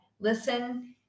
Listen